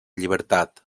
llibertat